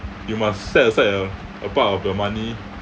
you must set aside a a part of your money